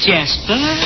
Jasper